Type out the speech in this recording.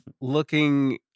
looking